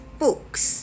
books